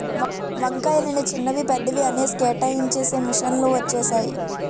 వంకాయలని చిన్నవి పెద్దవి అనేసి కేటాయించేసి మిషన్ లు వచ్చేసాయి